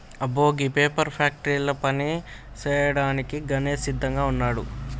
అబ్బో గీ పేపర్ ఫ్యాక్టరీల పని సేయ్యాడానికి గణేష్ సిద్దంగా వున్నాడు